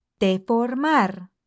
Deformar